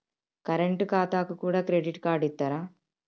Current ఖాతాకు కూడా credit card ఇత్తరా?